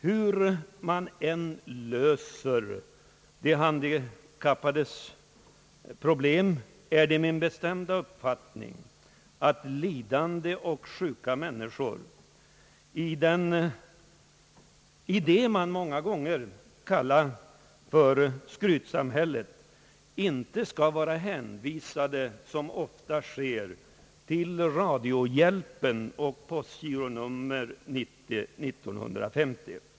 Hur man än löser de handikappades problem är det min bestämda uppfattning, att lidande och sjuka människor i vad man många gånger kallar för skrytsamhälle inte skall vara hänvisade — som ofta sker — till radiohjälpen och postgironummer 901950.